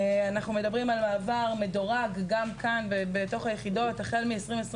גם כאן אנחנו מדברים על מעבר מדורג בתוך היחידות החל מ-2025.